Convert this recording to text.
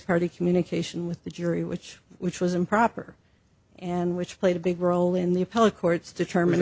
party communication with the jury which which was improper and which played a big role in the appellate court's determin